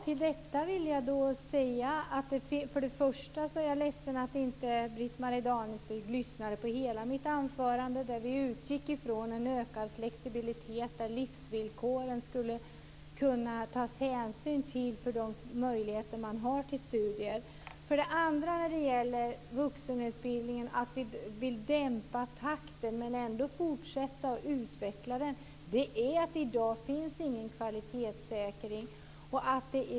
Herr talman! För det första är jag ledsen att Britt Marie Danestig inte lyssnade på hela mitt anförande. Jag utgick från en ökad flexibilitet där man skall kunna ta hänsyn till livsvillkor och möjligheter till studier. För det andra vill vi dämpa takten men ändå fortsätta att utveckla vuxenutbildningen. I dag finns ingen kvalitetssäkring.